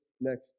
next